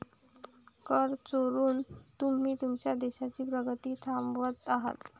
कर चोरून तुम्ही तुमच्या देशाची प्रगती थांबवत आहात